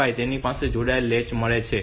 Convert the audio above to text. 5 ને તેની સાથે જોડાયેલ લૅચ મળી છે